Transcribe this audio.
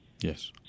Yes